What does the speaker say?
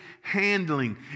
handling